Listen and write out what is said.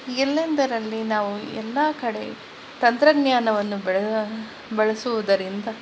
ಎಲ್ಲೆಂದರಲ್ಲಿ ನಾವು ಎಲ್ಲ ಕಡೆ ತಂತ್ರಜ್ಞಾನವನ್ನು ಬೆಳೆ ಅ ಬಳಸುವುದರಿಂದ